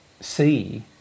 see